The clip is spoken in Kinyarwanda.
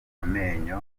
amenyo